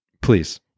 Please